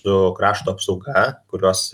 su krašto apsauga kurios